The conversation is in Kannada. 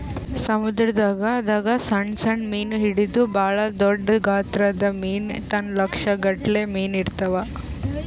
ಸಮುದ್ರದಾಗ್ ದಾಗ್ ಸಣ್ಣ್ ಸಣ್ಣ್ ಮೀನ್ ಹಿಡದು ಭಾಳ್ ದೊಡ್ಡ್ ಗಾತ್ರದ್ ಮೀನ್ ತನ ಲಕ್ಷ್ ಗಟ್ಲೆ ಮೀನಾ ಇರ್ತವ್